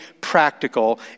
practical